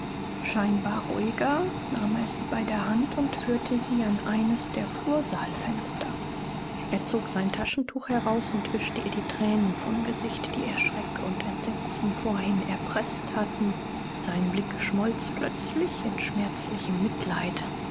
scheinbar ruhiger nahm er sie bei der hand und führte sie an eines der flursaalfenster er zog sein taschentuch heraus und wischte ihr die thränen vom gesicht die ihr schreck und entsetzen vorhin erpreßt hatten sein blick schmolz plötzlich in schmerzlichem mitleid